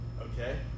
okay